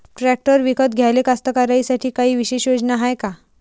Tractor विकत घ्याले कास्तकाराइसाठी कायी विशेष योजना हाय का?